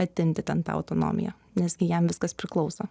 atimti ten tą autonomiją nes gi jam viskas priklauso